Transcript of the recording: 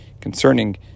concerning